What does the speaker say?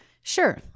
Sure